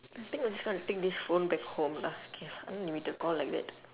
I think must go and take this phone back home lah okay unlimited call like that